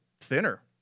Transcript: thinner